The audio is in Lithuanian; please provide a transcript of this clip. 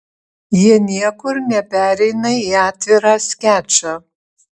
jie niekur nepereina į atvirą skečą